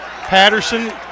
Patterson